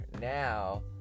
now